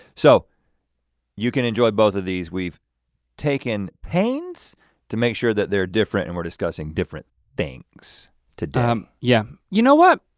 so you can enjoy both of these, we've taken pains to make sure that they're different, and we're discussing different things today. um yeah. you know what,